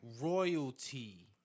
royalty